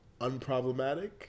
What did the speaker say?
unproblematic